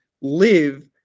live